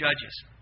Judges